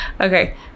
Okay